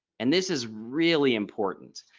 and this is really important.